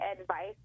advice